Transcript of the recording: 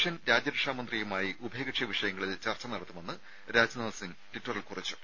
Russian രാജ്യരക്ഷാ മന്ത്രിയുമായി ഉഭയകക്ഷി വിഷയങ്ങളിൽ ചർച്ച നടത്തുമെന്ന് രാജ്നാഥ് സിംഗ് ട്വിറ്ററിൽ കുറിച്ചു